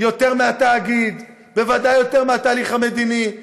יותר מהתאגיד, בוודאי יותר מהתהליך המדיני.